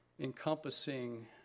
encompassing